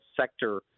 sector